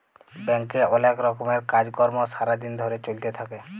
ব্যাংকে অলেক রকমের কাজ কর্ম সারা দিন ধরে চ্যলতে থাক্যে